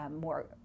more